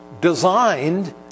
designed